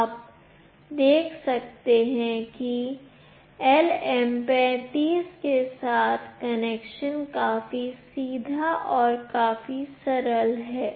आप देख सकते हैं कि LM35 के साथ कनेक्शन काफी सीधा और काफी सरल है